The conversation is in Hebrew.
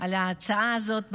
על ההצעה הזאת.